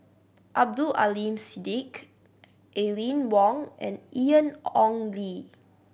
Abdul Aleem Siddique Aline Wong and Ian Ong Li